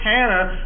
Hannah